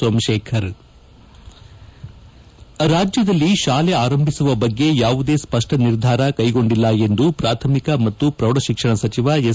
ಸೋಮಶೇಖರ್ ರಾಜ್ಯದಲ್ಲಿ ಶಾಲೆ ಅರಂಭಿಸುವ ಬಗ್ಗೆ ಯಾವುದೇ ಸ್ವಷ್ಟ ನಿರ್ಧಾರ ಕೈಗೊಂಡಿಲ್ಲ ಎಂದು ಪ್ರಾಥಮಿಕ ಮತ್ತು ಪ್ರೌಢ ಶಿಕ್ಷಣ ಸಚಿವ ಎಸ್